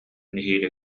нэһиилэ